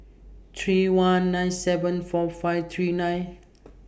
three one nine seven four five three nine